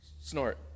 Snort